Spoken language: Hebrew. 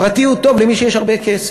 הפרטי הוא טוב למי שיש לו הרבה כסף,